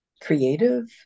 creative